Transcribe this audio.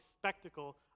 spectacle